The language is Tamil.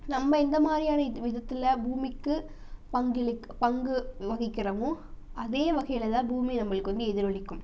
நம்ம இந்த மாதிரியான விதத்தில் பூமிக்கு பங்களிக்கு பங்கு வகிக்கிறோமோ அதே வகையில்தான் பூமி நம்மளுக்கு வந்து எதிரொலிக்கும்